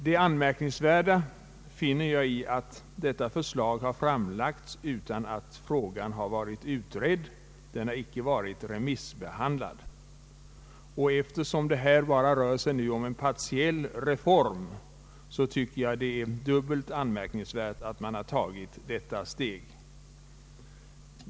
Det mest anmärkningsvärda finner jag vara att detta förslag har framlagts utan att frågan varit utredd och remissbehandlad. Eftersom det i dag rör sig om endast en partiell reform, tycker jag att det är dubbelt anmärkningsvärt att man har tagit detta steg.